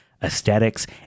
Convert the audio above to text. aesthetics